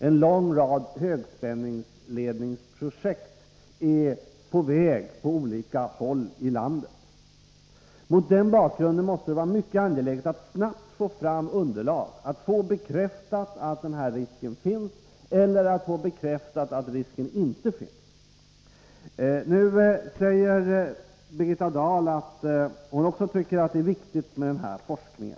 En lång rad högspänningsledningsspänningsledprojekt är på väg att genomföras på olika håll i landet. Mot den bakgrunden ningar måste det vara mycket angeläget att snabbt få fram underlag — att få bekräftat att den här risken finns eller att den inte finns. Birgitta Dahl säger att hon också tycker att det är viktigt med denna forskning.